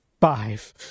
Five